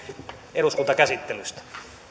eduskuntakäsittelystä